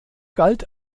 galt